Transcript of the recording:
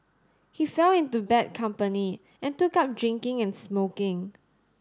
he fell into bad company and took up drinking and smoking